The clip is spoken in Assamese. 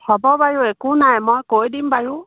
হ'ব বাৰু একো নাই মই কৈ দিম বাৰু